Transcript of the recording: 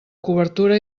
cobertura